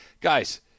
guys